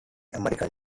american